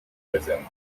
prezent